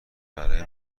برای